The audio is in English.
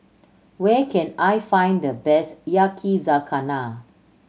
where can I find the best Yakizakana